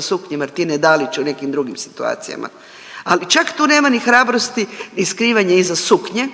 suknje Martine Dalić u nekim drugim situacijama. Ali čak tu nema ni hrabrosti ni skrivanje iza suknje